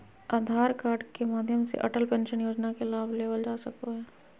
आधार card के माध्यम से अटल पेंशन योजना के लाभ लेवल जा सको हय